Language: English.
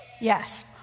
Yes